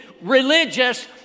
religious